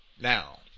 now